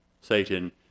Satan